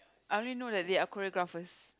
I only know that they are choreographers